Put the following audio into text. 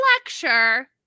lecture